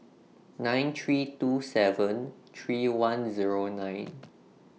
nine three two seven three one Zero nine